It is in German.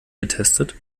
getestet